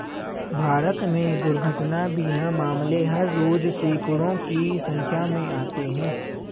भारत में दुर्घटना बीमा मामले हर रोज़ सैंकडों की संख्या में आते हैं